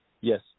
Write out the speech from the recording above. Yes